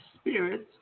Spirits